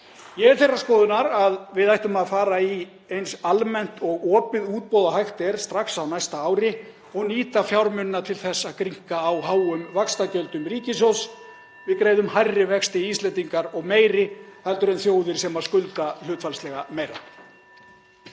Ég er þeirrar skoðunar að við ættum að fara í eins almennt og opið útboð og hægt er strax á næsta ári og nýta fjármunina til að grynnka á háum vaxtagjöldum ríkissjóðs. Við greiðum hærri vexti, Íslendingar, og meiri heldur en þjóðir sem skulda hlutfallslega meira.